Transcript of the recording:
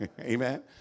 Amen